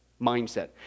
mindset